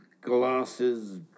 Glasses